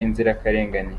inzirakarengane